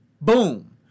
Boom